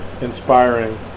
inspiring